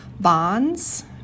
bonds